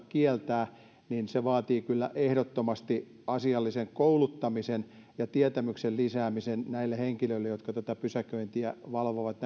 kieltää niin se vaatii kyllä ehdottomasti asiallisen kouluttamisen ja tietämyksen lisäämisen näille henkilöille jotka pysäköintiä valvovat